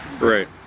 Right